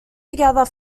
together